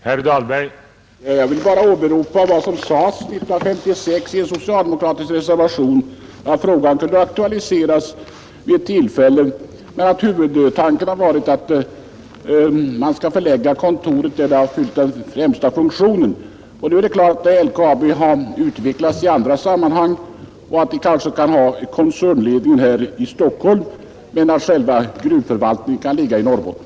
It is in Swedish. Herr talman! Jag vill bara åberopa vad som sades 1956 i en socialdemokratisk reservation, nämligen att frågan kunde aktualiseras vid tillfälle men att huvudtanken har varit att kontoret skall vara förlagt där det fyllt den främsta funktionen. Nu är det klart att LKAB har utvecklats i andra sammanhang och att företaget kanske kan ha koncernledningen här i Stockholm men själva gruvförvaltningen i Norrbotten.